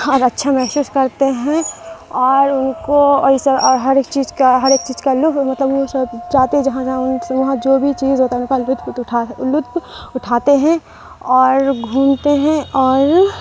اور اچھا محسوس کرتے ہیں اور ان کو اور ای سب اور ہر ایک چیز کا ہر ایک چیز کا مطلب وہ سب چاہتے ہیں جہاں جہاں وہاں جو بھی چیز ہوتا ہے ان کا لطف لطف اٹھاتے ہیں اور گھومتے ہیں اور